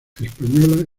española